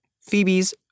Phoebes